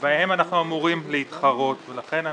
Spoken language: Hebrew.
שבהם אנחנו אמורים להתחרות ולכן,